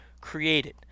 created